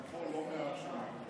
אני פה לא מעט שנים.